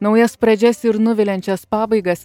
naujas pradžias ir nuviliančias pabaigas